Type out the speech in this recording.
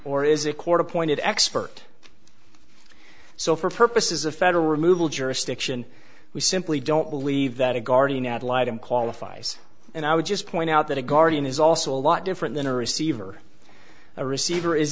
or is a court appointed expert so for purposes of federal removal jurisdiction we simply don't believe that a guardian ad litum qualifies and i would just point out that a guardian is also a lot different than a receiver a receiver is